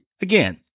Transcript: Again